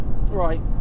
right